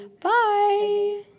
Bye